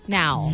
now